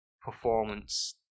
performance